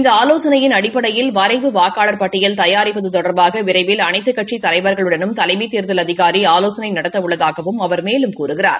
இந்த ஆலோசனையின் அடிப்படையில் விரைவில் வரைவு வாக்காள் பட்டியல் தயாரிப்பது தொடர்பாக விரைவில் அனைத்துக் கட்சித் தலைவா்களுடனும் தலைமை தேர்தல் அதிகாரி ஆலோகனை நடத்த உள்ளதாகவும் அவர் மேலும் கூறுகிறார்